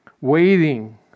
Waiting